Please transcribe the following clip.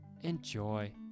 enjoy